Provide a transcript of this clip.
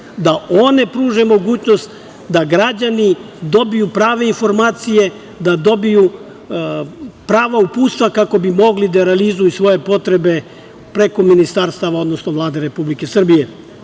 da one pruže mogućnost da građani dobiju prave informacije, da dobiju prava uputstva kako bi mogli da realizuju svoje potrebe preko ministarstva, odnosno Vlade Republike